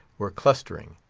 were clustering.